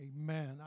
Amen